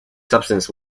substance